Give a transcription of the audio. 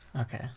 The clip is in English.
Okay